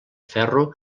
ferro